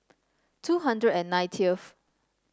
two hundred and ninetieth